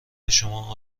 شما